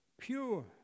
pure